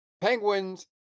Penguins